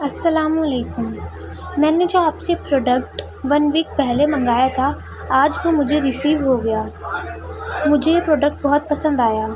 السلام علیکم میں نے جو آپ سے پروڈکٹ ون ویک پہلے منگایا تھا آج وہ مجھے ریسیو ہوگیا مجھے یہ پروڈکٹ بہت پسند آیا